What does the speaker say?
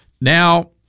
Now